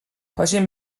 پاشیم